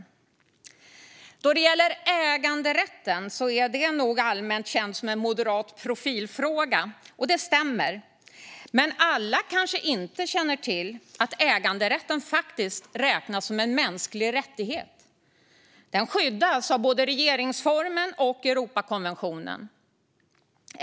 När det gäller äganderätten är nog den allmänt känd som en moderat profilfråga, och det stämmer. Men alla kanske inte känner till att äganderätten faktiskt räknas som en mänsklig rättighet. Den skyddas av både regeringsformen och Europakonventionen.